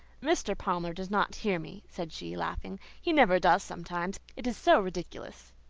mr. palmer does not hear me, said she, laughing he never does sometimes. it is so ridiculous!